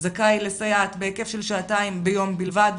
זכאי לסייעת בהיקף של שעתיים ביום בלבד,